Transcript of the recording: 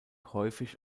häufig